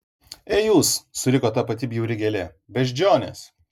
ei jūs suriko ta pati bjauri gėlė beždžionės